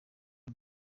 nabi